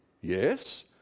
Yes